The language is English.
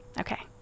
Okay